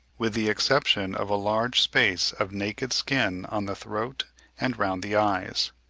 with the exception of a large space of naked skin on the throat and round the eyes,